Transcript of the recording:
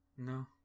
No